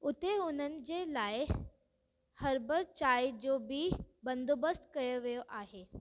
उते हुननि जे लाइ हर्बल चाय जो बि बंदोबस्तु कयो वियो आहे